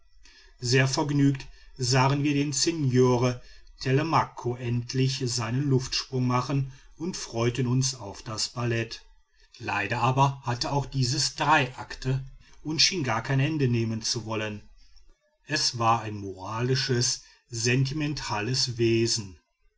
sehr vergnügt sahen wir den signore telemaco endlich seinen luftsprung machen und freuten uns auf das ballett leider aber hatte auch dieses drei akte und schien gar kein ende nehmen zu wollen es war ein moralisches sentimentales wesen